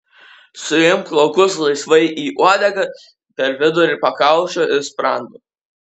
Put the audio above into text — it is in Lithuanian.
suimk plaukus laisvai į uodegą per vidurį pakaušio ir sprando